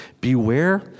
Beware